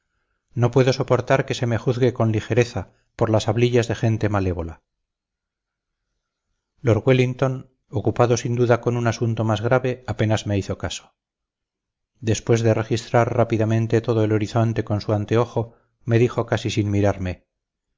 no puedo soportar que se me juzgue con ligereza por las hablillas de gente malévola lord wellington ocupado sin duda con asunto más grave apenas me hizo caso después de registrar rápidamente todo el horizonte con su anteojo me dijo casi sin mirarme